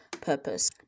purpose